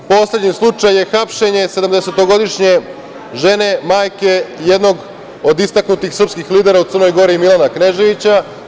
Poslednji slučaj je hapšenje 70-godišnje žene, majke, jednog od istaknutih srpskih lidera u Crnoj Gori, Milana Kneževića.